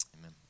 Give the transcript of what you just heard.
amen